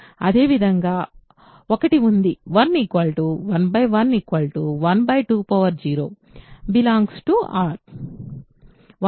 అదేవిధంగా 1 ఇది ఉంది 111120 R